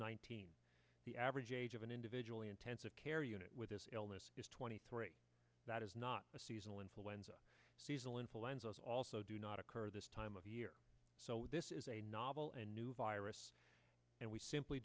nineteen the average age of an individual the intensive care unit with this illness is twenty three that is not a seasonal influenza seasonal influenza is also do not occur this time of year so this is a novel and new virus and we simply